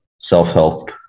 self-help